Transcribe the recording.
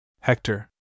Hector